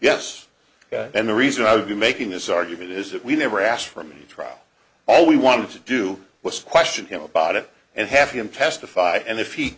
yes and the reason i would be making this argument is that we never asked for me trial all we wanted to do was question him about it and have him testify and if he